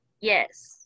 Yes